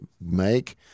make